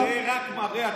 זה רק מראה,